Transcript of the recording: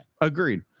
agreed